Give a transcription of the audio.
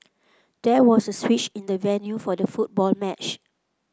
there was a switch in the venue for the football match